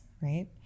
right